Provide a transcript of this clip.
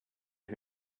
who